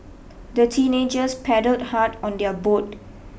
the teenagers paddled hard on their boat